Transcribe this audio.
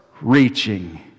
Reaching